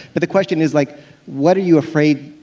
but the question is like what are you afraid,